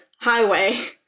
highway